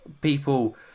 people